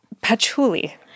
patchouli